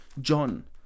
John